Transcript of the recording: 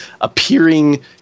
appearing